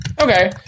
Okay